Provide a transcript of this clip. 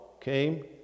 came